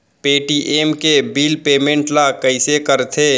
Paytm के bill payment ल कइसे करथे?